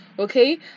Okay